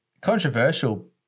controversial